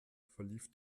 verlief